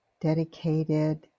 dedicated